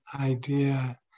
idea